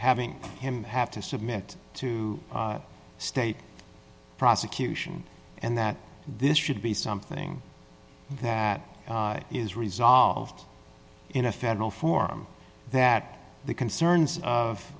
having him have to submit to a state prosecution and that this should be something that is resolved in a federal form that the concerns